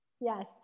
yes